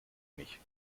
mich